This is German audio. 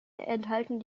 enthalten